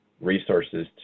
resources